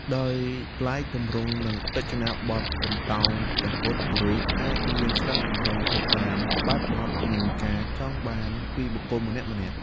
ដោយឡែក ទម្រង់ និងរចនាបថ បន្តោងព្រះពុទ្ធរូបអាចមានច្រើនទម្រង់ទៅតាមបែបបទ និងការចង់បានពីបុគ្គលម្នាក់ៗ។